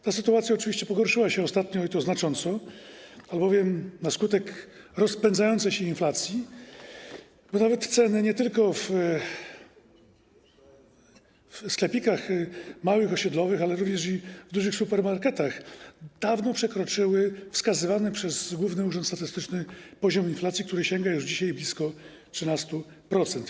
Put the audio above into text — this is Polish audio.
Ta sytuacja oczywiście pogorszyła się ostatnio i to znacząco, albowiem na skutek rozpędzającej się inflacji, bo nawet ceny nie tylko w małych, osiedlowych sklepikach, ale również w dużych supermarketach dawno przekroczyły wskazywany przez Główny Urząd Statystyczny poziom inflacji, który sięga już dzisiaj blisko 13%.